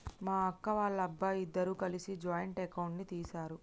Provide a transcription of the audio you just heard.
మా అక్క, వాళ్ళబ్బాయి ఇద్దరూ కలిసి జాయింట్ అకౌంట్ ని తీశారు